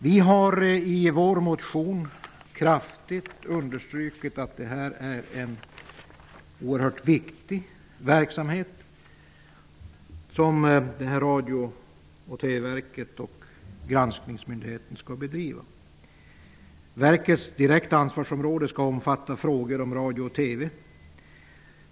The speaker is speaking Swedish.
Vi har i vår motion understrukit att det är en oerhört viktig verksamhet som Radio och TV verket och Granskningsmyndigheten skall bedriva. Verkets direkta ansvarsområde skall omfatta frågor om radio och TV.